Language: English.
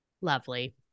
Lovely